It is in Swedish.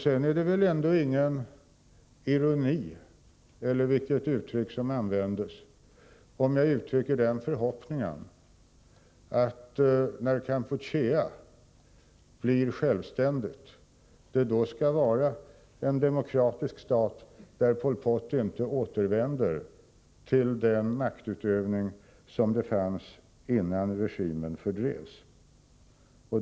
Sedan är det väl ingen ironi — eller vilket uttryck som nu användes i det om jag uttrycker förhoppningen att Kampuchea, när det blir självständigt, skall vara en demokratisk stat där Pol Pot inte återvänder till den maktutövning som där fanns innan regimen fördrevs.